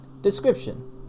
Description